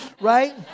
right